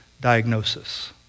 diagnosis